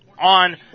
on